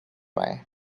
why